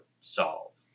solve